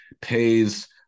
pays